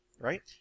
right